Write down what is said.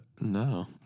No